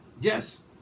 Yes